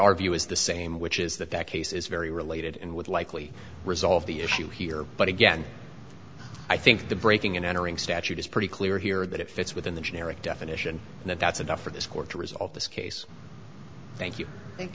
our view is the same which is that that case is very related and would likely resolve the issue here but again i think the breaking and entering statute is pretty clear here that it fits within the generic definition and that's enough for this court to resolve this case thank you thank